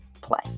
play